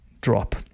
drop